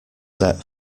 set